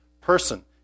person